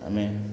ଆମେ